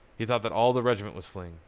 he thought that all the regiment was fleeing,